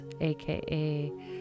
aka